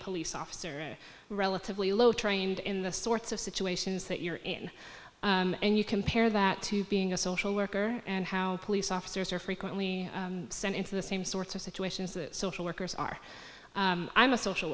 police officer relatively low trained in the sorts of situations that you're in and you compare that to being a social worker and how police officers are frequently sent into the same sorts of situations that social workers are i'm a social